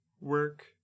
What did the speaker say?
work